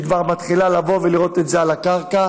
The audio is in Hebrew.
שכבר מתחילים לראות את זה על הקרקע.